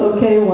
Okay